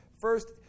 First